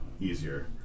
easier